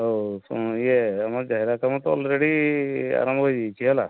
ହେଉ ଶୁଣ ଇଏ ଏମନ୍ତେ ତୁମର ତ ଅଲ୍ରେଡ଼ି ଆରମ୍ଭ ହୋଇଯାଇଛି ହେଲା